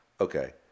Okay